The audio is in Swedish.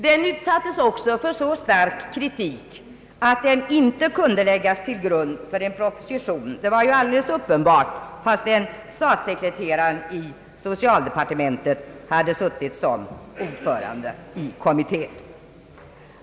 Den utsattes också för så stark kritik att den inte kunde läggas till grund för en proposition — detta var ju alldeles uppenbart, fastän statssekreteraren i socialdepartementet hade suttit som ordförande i kommittén.